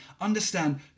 understand